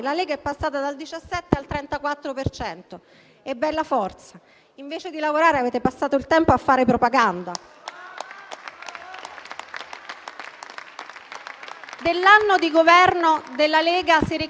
Dell'anno di governo della Lega si ricordano due cose: i decreti sicurezza; in realtà avevano fatto anche il decreto concretezza, ma nessuno sa cosa sia.